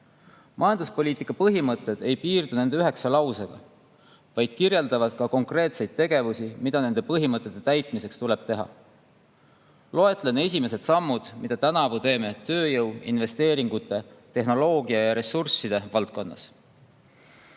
Majanduspoliitika põhimõtted ei piirdu nende üheksa lausega, vaid kirjeldavad ka konkreetseid tegevusi, mida nende põhimõtete täitmiseks tuleb teha. Loetlen esimesed sammud, mida tänavu teeme tööjõu, investeeringute, tehnoloogia ja ressursside valdkonnas.